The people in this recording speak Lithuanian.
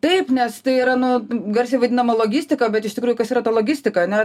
taip nes tai yra nu garsiai vadinama logistika bet iš tikrųjų kas yra ta logistika ane